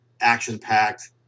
action-packed